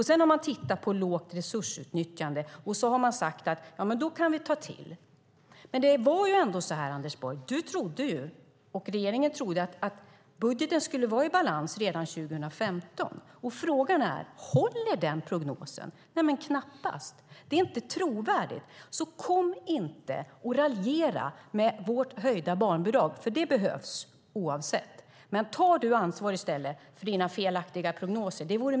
Sedan tittar man på lågt resursutnyttjande och säger att man kan ta till. Anders Borg och regeringen trodde att budgeten skulle vara i balans redan 2015. Frågan är om den prognosen håller. Det gör den knappast. Det är inte trovärdigt. Kom inte och raljera om vårt höjda barnbidrag, för det behövs i vilket fall som helst! Ta i stället ansvar för dina felaktiga prognoser, Anders Borg.